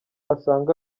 asanga